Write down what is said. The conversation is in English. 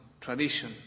tradition